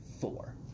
four